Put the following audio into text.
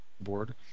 board